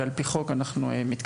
ולכן על פי חוק אנחנו מתכנסים.